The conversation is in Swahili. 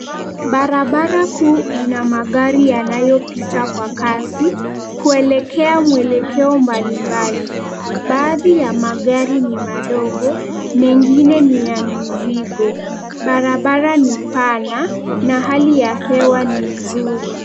Barabara kuu ina magari yanayopita kwa kasi kuelekea mwelekeo mbali mbali. Baadhi ya magari ni madogo, mengine ni ya mizigo. Barabara ni pana hali ya hewa ni nzuri.